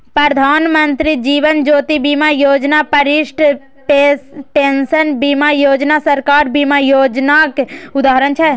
प्रधानमंत्री जीबन ज्योती बीमा योजना, बरिष्ठ पेंशन बीमा योजना सरकारक बीमा योजनाक उदाहरण छै